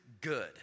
good